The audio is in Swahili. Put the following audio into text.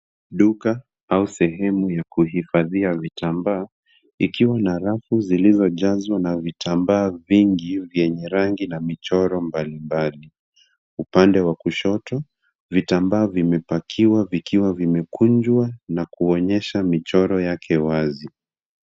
Duka au sehemu ya kuhifadhia vitambaa, ikiwa na rafu zilizojazwa na vitambaa vingi vyenye rangi na michoro mbalimbali. Upande wa kushoto, vitambaa vimepakiwa vikiwa vimekunjwa na kuonyesha michoro yake wazi.